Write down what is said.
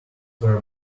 were